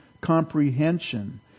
comprehension